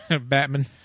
Batman